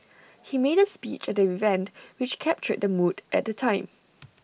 he made A speech at the event which captured the mood at the time